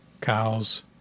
cows